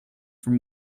from